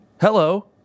Hello